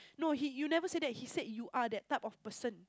no he you never said that he said you are that type of person